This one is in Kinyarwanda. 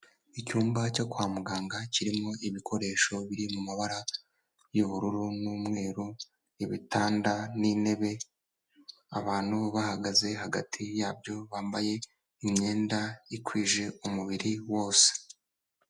Icyumba cyo kwa muganga kirimo ibikoresho biri mu mabara y'ubururu n'umweru ,ibitanda n'intebe ,abantu bahagaze hagati yabyo bambaye imyenda ikwije umubiri wose.